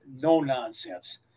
no-nonsense